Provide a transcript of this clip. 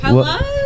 Hello